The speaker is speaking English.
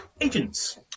agents